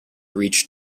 reach